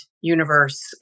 universe